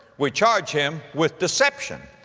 we charge him with deception.